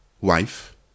wife